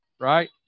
right